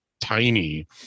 tiny